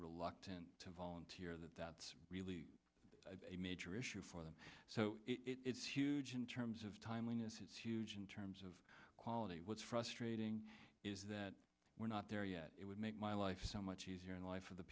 reluctant to volunteer that that's really a major issue for them so it's huge in terms of timeliness is huge in terms of quality what's frustrating is that we're not there yet it would make my life so much easier in life for the